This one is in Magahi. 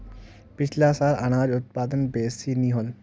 पिछला साल अनाज उत्पादन बेसि नी होल